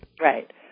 Right